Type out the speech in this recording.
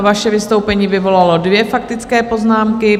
Vaše vystoupení vyvolalo dvě faktické poznámky.